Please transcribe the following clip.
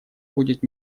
будет